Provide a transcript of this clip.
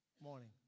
morning